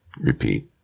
Repeat